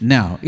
Now